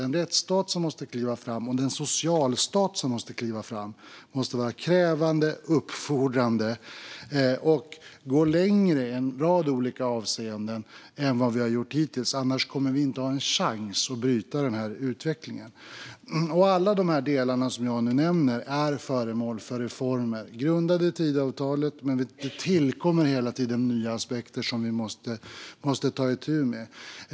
Den rätts och socialstat som måste kliva fram måste vara krävande och uppfordrande och gå längre i en rad olika avseenden än vad vi har gjort hittills, annars kommer vi inte att ha en chans att bryta den här utvecklingen. Alla de delar som jag nu nämner är föremål för reformer som är grundade i Tidöavtalet, men det tillkommer hela tiden nya aspekter som vi måste ta itu med.